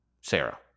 Sarah